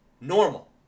normal